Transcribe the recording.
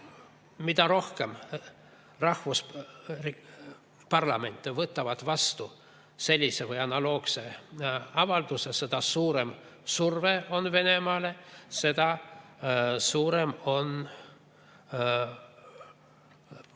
Mida rohkem rahvusparlamente võtab vastu sellise või analoogse avalduse, seda suurem surve on Venemaale ja seda suurem on tugi